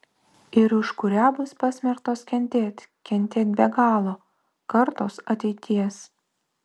ir už kurią bus pasmerktos kentėt kentėt be galo kartos ateities